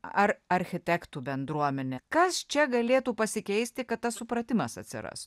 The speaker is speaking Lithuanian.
ar architektų bendruomenė kas čia galėtų pasikeisti kad tas supratimas atsiras